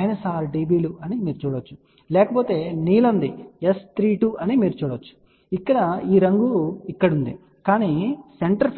6 dB అని చూడవచ్చు లేకపోతే నీలం ది S32 అని మీరు చూడవచ్చు మరియు ఇక్కడ ఈ రంగు ఇక్కడ ఉంది కానీ సెంటర్ ఫ్రీక్వెన్సీ వద్ద అవి 6 dB